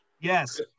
Yes